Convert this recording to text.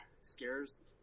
scares